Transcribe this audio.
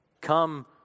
Come